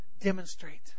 demonstrate